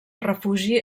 refugi